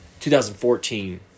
2014